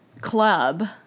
club